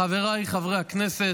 אדוני היושב-ראש, חבריי חברי הכנסת,